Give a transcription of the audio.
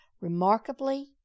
Remarkably